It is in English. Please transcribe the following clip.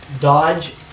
dodge